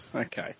Okay